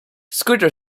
scooter